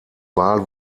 wahl